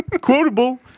Quotable